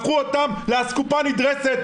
הפכו אותם לאסקופה נדרסת,